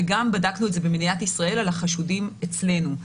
וגם בדקנו את זה במדינת ישראל על החשודים אצלנו.